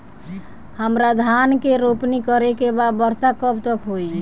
हमरा धान के रोपनी करे के बा वर्षा कब तक होई?